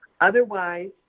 Otherwise